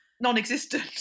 non-existent